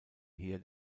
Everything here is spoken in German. heer